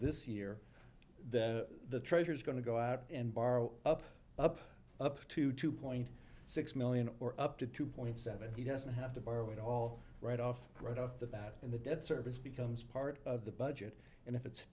this year the treasurer's going to go out and borrow up up up to two point six million or up to two point seven he doesn't have to borrow it all right off right off the bat in the debt service becomes part of the budget and if it's